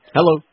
Hello